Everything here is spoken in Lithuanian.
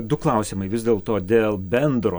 du klausimai vis dėlto dėl bendro